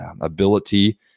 ability